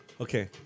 Okay